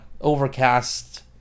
overcast